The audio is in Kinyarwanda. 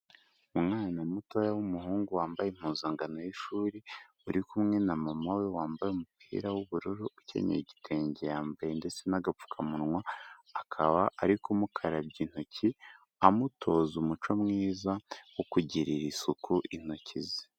Umwana mutoya w'umuhungu wambaye impuzankano y'ishuri, uri kumwe na mama we, wambaye umupira w'ubururu ukenyeye igitenge, yambaye ndetse n'agapfukamunwa akaba ari kumukarabya intoki amutoza umuco mwiza wo kugirira isuku intoki ze.